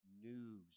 news